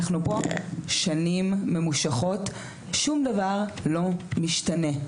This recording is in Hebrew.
אנחנו פה שנים ממושכות שום דבר לא משתנה.